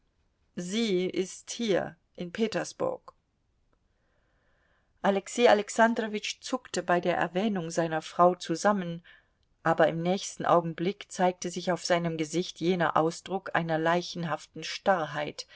sie ist hier in petersburg alexei alexandrowitsch zuckte bei der erwähnung seiner frau zusammen aber im nächsten augenblick zeigte sich auf seinem gesicht jener ausdruck einer leichenhaften starrheit